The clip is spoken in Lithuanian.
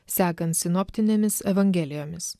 sekant sinoptinėmis evangelijomis